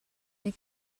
they